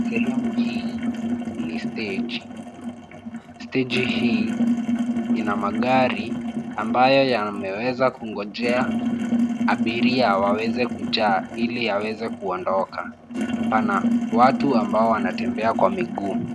Sehemu hii ni steji. Steji hii ina magari ambayo yameweza kungojea abiria waweze kujaa ili yaweze kuondoka. Pana watu ambao wanatembea kwa miguu.